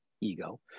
ego